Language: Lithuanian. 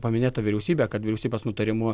paminėta vyriausybė kad vyriausybės nutarimu